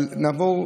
אבל נעבור,